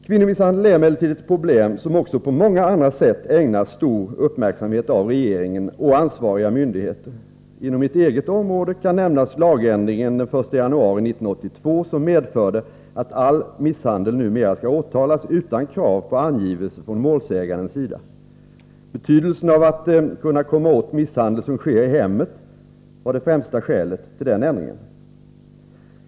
Kvinnomisshandel är emellertid ett problem som också på många andra sätt ägnas stor uppmärksamhet av regeringen och ansvariga myndigheter. Inom mitt eget område kan nämnas lagändringen den 1 januari 1982, som medförde att all misshandel numera skall åtalas utan krav på angivelse från målsägandens sida. Betydelsen av att kunna komma åt misshandel som sker i hemmet var det främsta skälet till den ändringen.